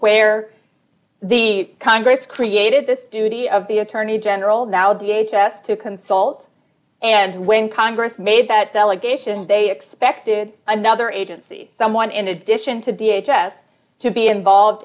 where the congress created this duty of the attorney general now the h s to consult and when congress made that delegation they expected another agency someone in addition to the h s to be involved